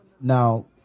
Now